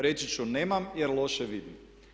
Reći ću nemam jer loše vidim.